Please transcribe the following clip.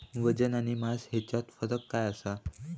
वजन आणि मास हेच्यात फरक काय आसा?